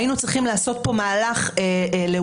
היינו צריכים לעשות פה מהלך לאומי,